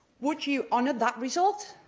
would you honour that result?